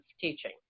teaching